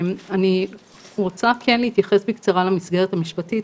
אני רוצה להתייחס בקצרה למסגרת המשפטית,